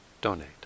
donate